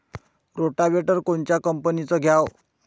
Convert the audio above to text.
Rotavator कोनच्या कंपनीचं घ्यावं?